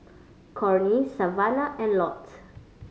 Cornie Savannah and Lott